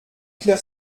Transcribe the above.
clair